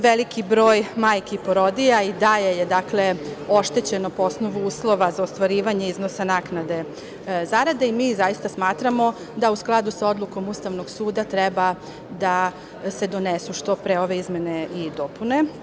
Veliki broj majki i porodilja i dalje je oštećen po osnovu uslova za ostvarivanje iznosa naknade zarade i mi smatramo da u skladu sa Odlukom Ustavnog suda treba da se donesu što pre ove izmene i dopune.